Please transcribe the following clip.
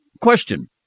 Question